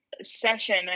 session